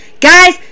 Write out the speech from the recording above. Guys